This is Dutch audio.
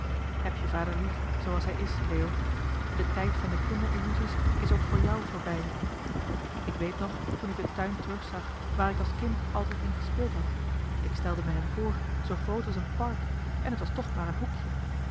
heb je vader lief zooals hij is leo de tijd van de kinderillusies is ook voor jou voorbij ik weet nog toen ik de tuin terug zag waar ik als kind altijd in gespeeld had ik stelde me hem voor zoo groot als een park en het was toch maar een hoekje